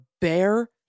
bare